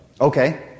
Okay